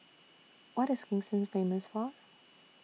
What IS Kingston Famous For